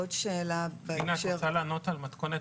אינה, את רוצה לענות על מתכונת